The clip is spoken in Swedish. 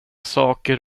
saker